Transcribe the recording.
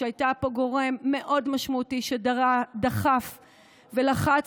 שהייתה פה גורם מאוד משמעותי שדחף ולחץ,